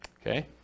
okay